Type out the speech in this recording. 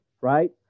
right